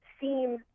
seem